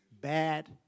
bad